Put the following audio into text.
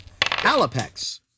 Alapex